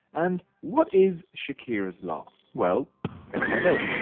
and what is shakira's law. well let's find out.